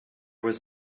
was